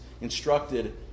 instructed